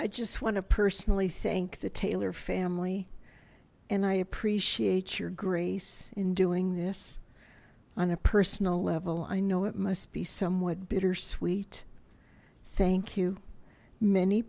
i just want to personally thank the taylor family and i appreciate your grace in doing this on a personal level i know it must be somewhat bittersweet thank you many